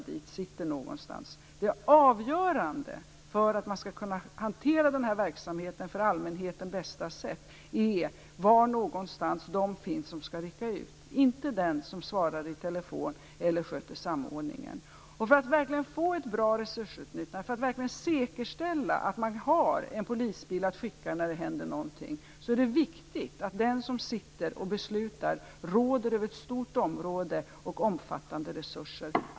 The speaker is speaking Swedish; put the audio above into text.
Det avgörande för att man skall kunna hantera den här verksamheten på bästa sättet för allmänheten är var någonstans de som skall rycka ut finns, inte den som svarar i telefon eller sköter samordningen. För att man skall få ett bra resursutnyttjande och för att man skall kunna säkerställa att det finns en polisbil att skicka när det händer någonting är det viktigt att den som sitter och beslutar råder över ett stort område och över omfattande resurser.